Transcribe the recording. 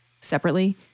separately